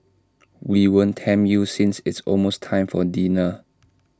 we won't tempt you since it's almost time for dinner